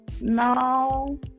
no